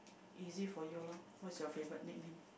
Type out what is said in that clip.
easy for you loh what is your favourite nickname